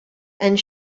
and